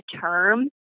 term